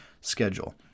schedule